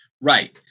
Right